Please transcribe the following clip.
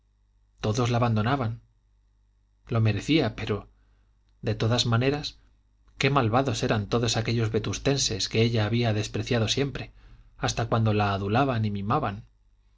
todos la abandonaban lo merecía pero de todas maneras qué malvados eran todos aquellos vetustenses que ella había despreciado siempre hasta cuando la adulaban y mimaban la